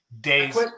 days